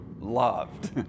loved